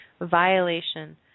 violation